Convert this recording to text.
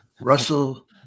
Russell